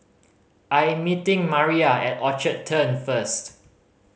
I am meeting Maira at Orchard Turn first